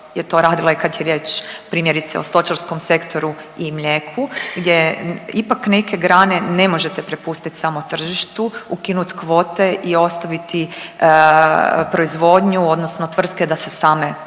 je to radila i kad je riječ primjerice o stočarskom sektoru i mlijeku gdje ipak neke grane ne možete prepustiti samo tržištu, ukinut kvote i ostaviti proizvodnju odnosno tvrtke da se same bore.